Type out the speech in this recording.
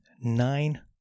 nine